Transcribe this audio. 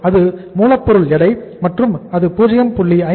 அது மூலப்பொருள் எடை மற்றும் அது 0